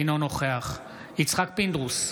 אינו נוכח יצחק פינדרוס,